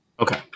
Okay